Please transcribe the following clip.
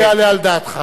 לא יעלה על דעתך.